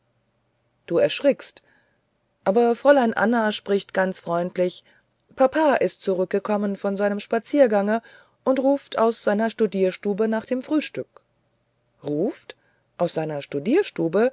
du erschrickst aber fräulein anna spricht ganz freundlich papa ist zurückgekommen von seinem spaziergange und ruft aus seiner studierstube nach dem frühstück ruft aus seiner